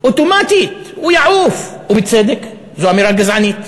אוטומטית הוא יעוף, ובצדק, זאת אמירה גזענית,